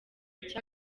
icyo